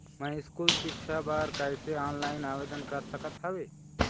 मैं स्कूल सिक्छा बर कैसे ऑनलाइन आवेदन कर सकत हावे?